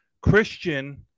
Christian